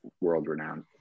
world-renowned